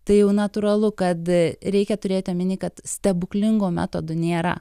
tai jau natūralu kad reikia turėt omeny kad stebuklingų metodų nėra